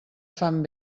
fam